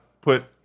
put